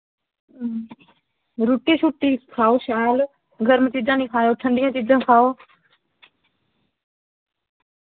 रुट्टी शुट्टी खाओ शैल गर्म चीजां नी खाएओ ठंडियां चीजां खाओ